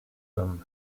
them